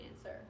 answer